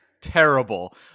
terrible